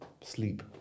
sleep